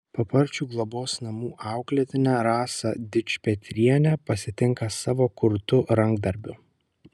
paparčių globos namų auklėtinė rasą dičpetrienę pasitinka savo kurtu rankdarbiu